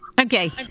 Okay